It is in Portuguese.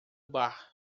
bar